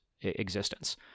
existence